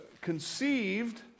conceived